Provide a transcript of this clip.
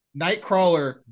Nightcrawler